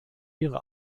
ihre